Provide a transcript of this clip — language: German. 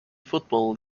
football